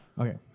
Okay